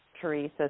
Teresa